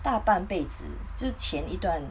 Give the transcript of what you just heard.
大半辈子之前一段